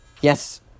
yes